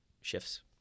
shifts